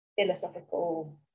philosophical